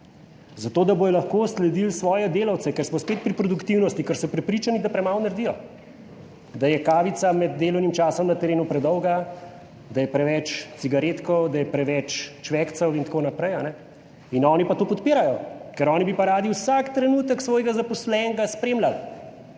zato, da bodo lahko sledili svoje delavce, ker smo spet pri produktivnosti, ker so prepričani, da premalo naredijo, da je kavica med delovnim časom na terenu predolga, da je preveč cigaretkov, da je preveč čvekcev in tako naprej in oni pa to podpirajo, ker oni bi pa radi vsak trenutek svojega zaposlenega spremljali